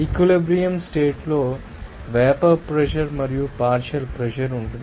equilibrium state లో vapour pressure మరియు partial pressure ఉంటుంది